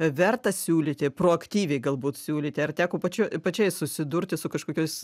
verta siūlyti proaktyviai galbūt siūlyti ar teko pačiu pačiai susidurti su kažkokios